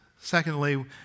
Secondly